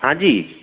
हां जी